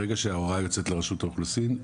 ברגע שההוראה יוצאת לרשות האוכלוסין,